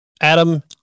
Adam